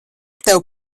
tev